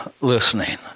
listening